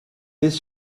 this